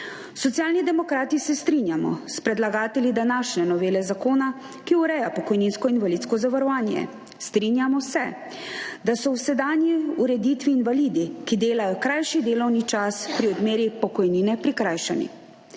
Socialni demokrati se strinjamo s predlagatelji današnje novele zakona, ki ureja pokojninsko in invalidsko zavarovanje. Strinjamo se, da so v sedanji ureditvi invalidi, ki delajo krajši delovni čas, pri odmeri pokojnine prikrajšani.